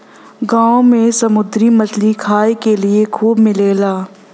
गोवा में समुंदरी मछरी खाए के लिए खूब मिलेला